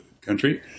country